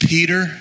Peter